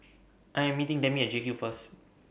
I Am meeting Demi At JCube First